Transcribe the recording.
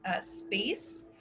space